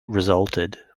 resulted